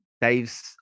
dave's